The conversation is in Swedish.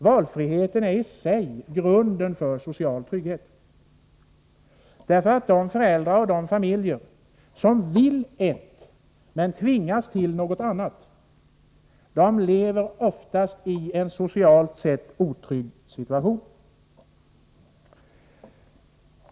Valfrihet är i sig grunden för social trygghet. De föräldrar och familjer som väljer ett men tvingas till ett annat, de lever oftast i en socialt sett otrygg situation.